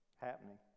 happening